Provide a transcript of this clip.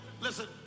listen